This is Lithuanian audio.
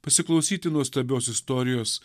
pasiklausyti nuostabios istorijos